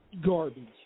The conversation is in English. garbage